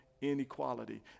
inequality